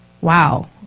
wow